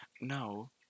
No